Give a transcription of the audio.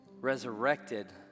resurrected